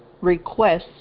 requests